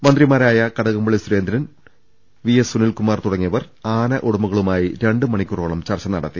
മന്ത്രിമാരായ Kadakampally Surendran V Sunilkumar തുടങ്ങിയവർ ആന ഉടമകളുമായി രണ്ട് മണിക്കൂറോളം ചർച്ച നടത്തി